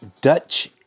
Dutch